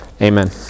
amen